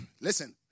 Listen